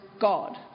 God